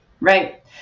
Right